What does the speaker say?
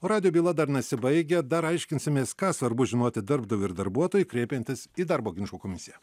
o radijo byla dar nesibaigia dar aiškinsimės ką svarbu žinoti darbdaviui ir darbuotojui kreipiantis į darbo ginčų komisiją